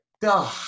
duh